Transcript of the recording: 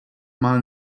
mal